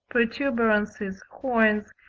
protuberances, horns,